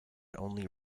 only